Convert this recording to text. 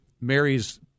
Mary's